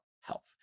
health